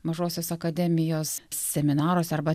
mažosios akademijos seminaruose arba